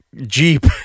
jeep